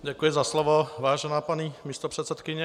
Děkuji za slovo, vážená paní místopředsedkyně.